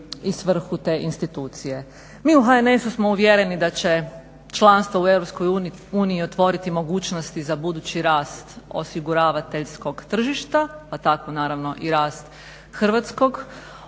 i svrhu te institucije. Mi u HNS-u smo uvjereni da će članstvo u EU otvoriti mogućnosti za budući rast osiguravateljskog tržišta, pa tako naravno i rast hrvatskog